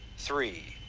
three,